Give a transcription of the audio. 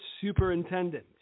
superintendent